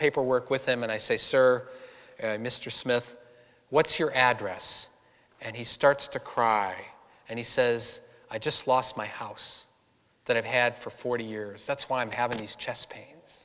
paperwork with him and i say sir mr smith what's your address and he starts to cry and he says i just lost my house that i've had for forty years that's why i'm having these chest pains